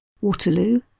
Waterloo